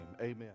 amen